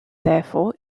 therefore